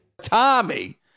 Tommy